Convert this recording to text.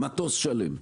נדמה לי, מטוס שלם.